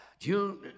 June